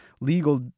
legal